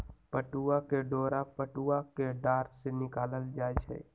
पटूआ के डोरा पटूआ कें डार से निकालल जाइ छइ